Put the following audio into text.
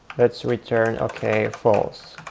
let's return ok, false.